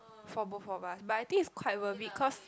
for both of us but I think it's quite worth it cause